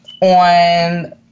on